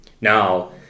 Now